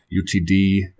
UTD